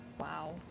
Wow